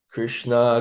Krishna